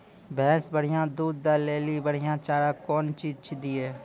भैंस बढ़िया दूध दऽ ले ली बढ़िया चार कौन चीज दिए?